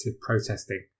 protesting